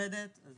מה